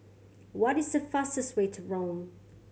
what is the fastest way to Rome